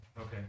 okay